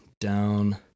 down